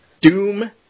doom